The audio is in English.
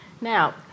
Now